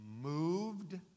moved